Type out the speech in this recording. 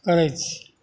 करै छी